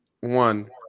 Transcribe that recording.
one